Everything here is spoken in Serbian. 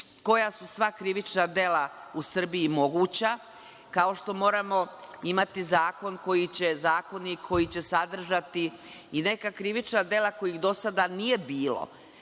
koja su sva krivična dela u Srbiji moguća, kao što moramo imati zakon koji će sadržati i neka krivična dela kojih do sada nije bilo,